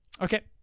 Okay